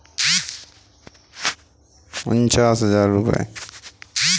हम एक बार में कितनी पैसे निकाल सकते हैं?